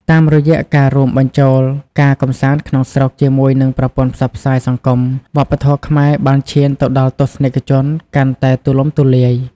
តាមរយៈការរួមបញ្ចូលការកម្សាន្តក្នុងស្រុកជាមួយនឹងប្រព័ន្ធផ្សព្វផ្សាយសង្គម វប្បធម៌ខ្មែរបានឈានទៅដល់ទស្សនិកជនកាន់តែទូលំទូលាយ។